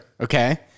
okay